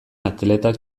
atletak